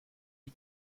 you